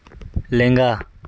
ᱞᱮᱸᱜᱟ